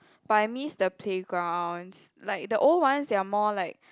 but I miss the playgrounds like the old ones they are more like